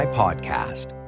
podcast